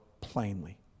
plainly